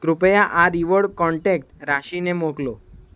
કૃપયા આ reward contact રાશીને મોકલો